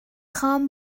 خوام